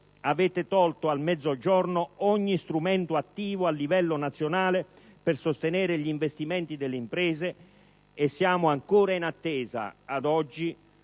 avete tolto al Mezzogiorno ogni strumento attivo a livello nazionale per sostenere gli investimenti delle imprese e siamo ancora in attesa, ad oggi,